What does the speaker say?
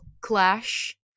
clash